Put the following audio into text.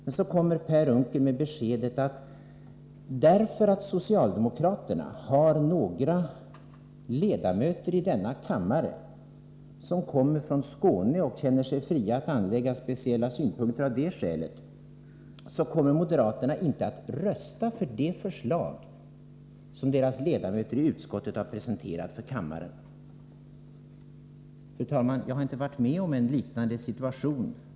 Men så lämnar Per Unckel beskedet att därför att socialdemokraterna har några ledamöter i denna kammare som kommer från Skåne och känner sig fria att anlägga speciella synpunkter av det skälet, kommer moderaterna inte att rösta för det förslag som deras ledamöter i utskottet har presenterat för kammaren. Fru talman! Jag har inte varit med om en liknande situation.